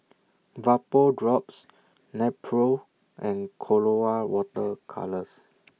Vapodrops Nepro and Colora Water Colours